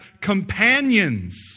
companions